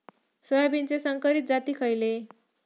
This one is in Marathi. सोयाबीनचे संकरित जाती खयले?